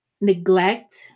neglect